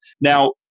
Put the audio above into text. Now